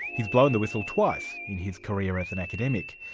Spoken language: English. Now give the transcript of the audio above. he's blown the whistle twice in his career as an academic.